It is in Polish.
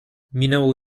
minęło